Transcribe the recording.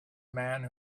man